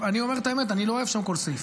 אני אומר את האמת, אני לא אוהב שם כל סעיף.